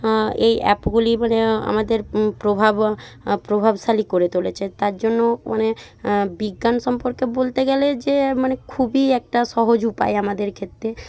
এই অ্যাপগুলি মানে আমাদের প্রভাব প্রভাবশালী করে তুলেছে তার জন্য মানে বিজ্ঞান সম্পর্কে বলতে গেলে যে মানে খুবই একটা সহজ উপায়ে আমাদের ক্ষেত্রে